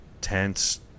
tense